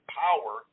power